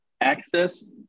access